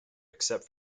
except